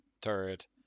turret